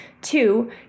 Two